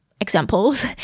examples